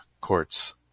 courts